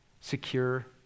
secure